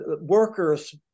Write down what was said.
workers